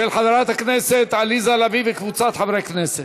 של חברת הכנסת עליזה לביא וקבוצת חברי הכנסת.